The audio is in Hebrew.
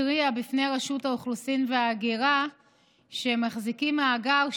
התריע בפני רשות האוכלוסין וההגירה שהם מחזיקים מאגר,